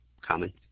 common